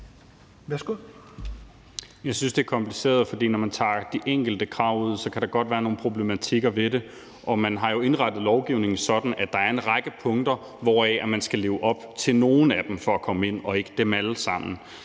Jeg synes, det er kompliceret, for når man tager de enkelte krav ud, kan der godt være nogle problematikker ved dem. Man har jo indrettet lovgivningen sådan, at der er en række punkter, som man skal leve op til nogle af for at komme ind og altså ikke dem alle sammen.